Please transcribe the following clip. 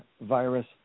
virus